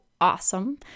awesome